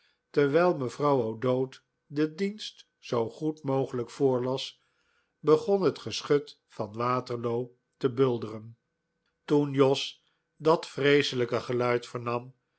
terwijl mevrouw o'dowd den dienst zoo goed mogelijk voorlas begon het geschut van waterloo te bulderen toen jos dat vreeselijke geluid vernam